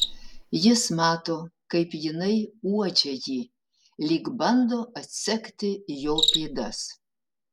jis mato kaip jinai uodžia jį lyg bando atsekti jo pėdas